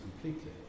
completely